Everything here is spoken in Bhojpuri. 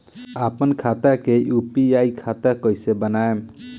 आपन खाता के यू.पी.आई खाता कईसे बनाएम?